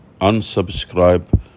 Unsubscribe